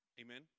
Amen